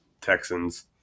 Texans